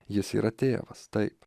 jis yra tėvas taip